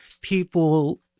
people